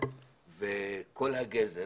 וכל הגזם,